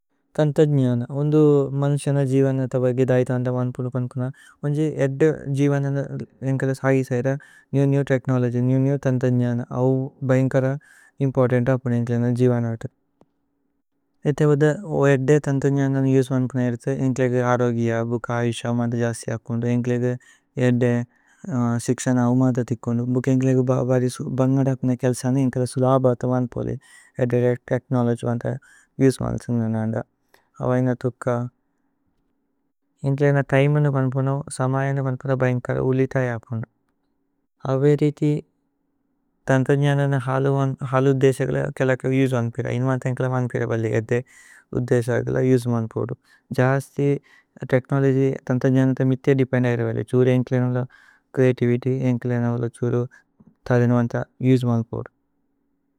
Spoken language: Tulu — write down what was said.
തന്ത ജ്നന, ഉന്ദു മന്ക്സന ജിവന തബഗി ദൈഥന്ദ। വന്പുനു പന്പുന ഉന്ജി ഏദ്ദ ജിവന അന്ദ ഏന്കല സഹി। സൈര new new technology new new തന്ത ജ്നന ഔ। ബൈന്കര ഇമ്പോര്തന്ത അപുന ഏന്കല ന ജിവന അതു। ഇഥേ വദ ഓ ഏദ്ദ തന്ത ജ്നന അന്ദ ഉസേ വന്പുന। ഏരിഥു ഏന്കല ഏഗ്ദ അരോഗ്യ ബുക ആയുശ അവമന്ത। ജസ്തി അപുന്ദു ഏന്കല ഏഗ്ദ സിക്ശന അവമന്ത। ഥിക്കുന്ദു ഭുക ഏന്കല ബഗദ അപുന കേല്സന। ഏന്കല സുലഭത വന്പുനി അ ദിരേച്ത് തേഛ്നോലോഗ്യ്। വന്പുന ഉസേ വന്പുന്ദു അവൈന ഥുക്ക ഏന്കല ന। തിമേ ന വന്പുന സമയ ന വന്പുന ബൈന്കര ഉലിത। അപുന്ദു അവേരിഥി തന്ത ജ്നന ന। ഹലു ഉദ്ദേസഗല കേല്ലക ഉസേ വന്പിര। ഏന്കല വന്പിര ബലി ഏദ്ദ ഉദ്ദേസഗല ഉസേ വന്പുദു। ജസ്തി തേഛ്നോലോഗ്യ് തന്ത ജ്നന ത മിത്തേ ദേപേന്ദ। ഏരവലേ ഛ്ഹുരു ഏന്കല ജ്നന ഓല ച്രേഅതിവിത്യ്। ഏന്കല ജ്നന ഓല ഛുരു ഥലേന വന്പ ഉസേ വന്പുദു।